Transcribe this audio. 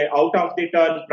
out-of-the-turn